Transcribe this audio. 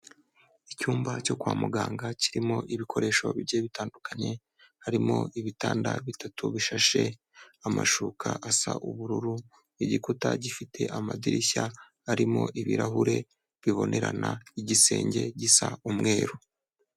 Icyumba cyo kwa muganga kirimo ibikoresho bigiye bitandukanye, harimo ibitanda bitatu bishashe, amashuka asa ubururu, igikuta gifite amadirishya arimo ibirahure bibonerana, igisenge gisa umweru.